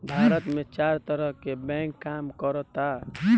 भारत में चार तरह के बैंक काम करऽता